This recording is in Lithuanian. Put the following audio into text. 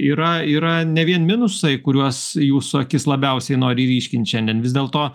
yra yra ne vien minusai kuriuos jūsų akis labiausiai nori ryškint šiandien vis dėlto